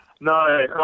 No